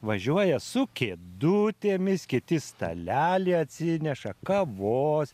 važiuoja su kėdutėmis kiti stalelį atsineša kavos